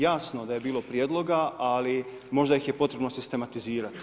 Jasno da je bilo prijedloga ali možda ih je potrebno sistematizirati.